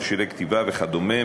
מכשירי כתיבה וכדומה.